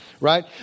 Right